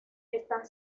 están